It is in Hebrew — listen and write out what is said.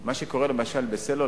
מה שקורה בסלולר,